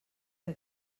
que